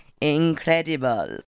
incredible